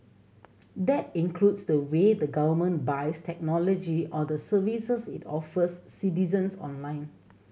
that includes the way the government buys technology or the services it offers citizens online